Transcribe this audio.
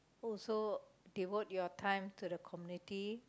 also devote your time to the community